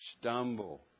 stumble